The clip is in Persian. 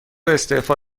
استعفا